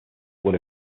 would